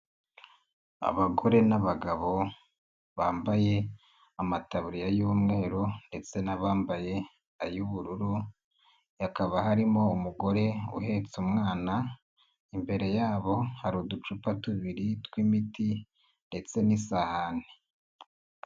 Abagore n'abagabo bambaye amataburiya y'umweru ndetse n'abambaye ay'ubururu hakaba harimo umugore uhetse umwana, imbere yabo hari uducupa tubiri tw'imiti ndetse n'isahani.